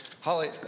Holly